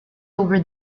over